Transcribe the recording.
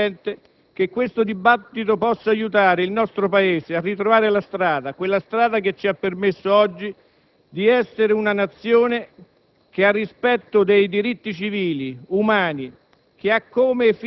storici e sociali del nostro popolo. Mi auguro, signor Presidente, che questo dibattito possa aiutare il nostro Paese a ritrovare la strada, quella strada che ci ha permesso oggi di essere una nazione